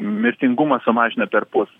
mirtingumą sumažina perpus